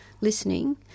listening